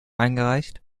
eingereicht